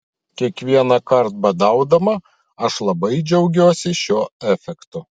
kiekvienąkart badaudama aš labai džiaugiuosi šiuo efektu